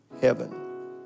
heaven